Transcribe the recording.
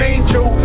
Angel